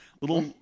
little